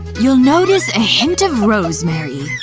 you'll notice a hint of rosemary.